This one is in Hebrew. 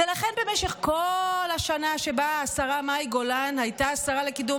ולכן במשך כל השנה שבה השרה מאי גולן הייתה השרה לקידום